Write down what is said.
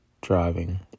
driving